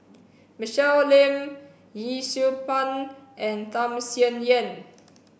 Michelle Lim Yee Siew Pun and Tham Sien Yen